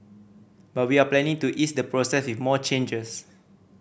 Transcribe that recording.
but we are planning to ease the process with more changes